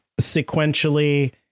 sequentially